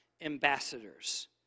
ambassadors